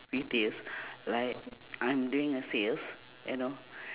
retails like I'm doing the sales you know